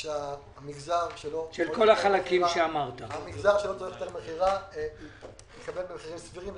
כדי שהמגזר שלא צורך מהיתר מכירה יקבל מחירים סבירים.